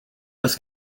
was